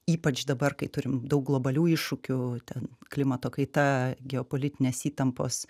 ypač dabar kai turim daug globalių iššūkių ten klimato kaita geopolitinės įtampos